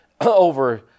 over